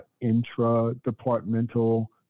intra-departmental